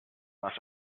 must